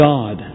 God